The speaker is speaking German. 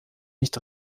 nicht